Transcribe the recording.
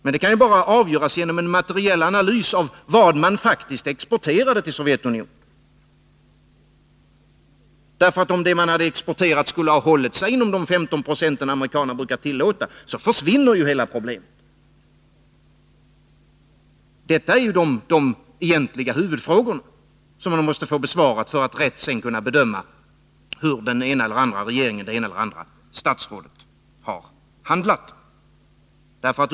Men detta kan ju bara avgöras genom en materiell analys av vad man faktiskt exporterade till Sovjetunionen. Om det som exporterats skulle ha hållit sig inom de 15 20 som amerikanerna brukar tillåta, försvinner ju hela problemet. Detta är ju de egentliga huvudfrågorna som måste besvaras för att man sedan rätt skall kunna bedöma hur den ena eller andra regeringen eller det ena eller det andra statsrådet har handlat.